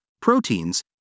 proteins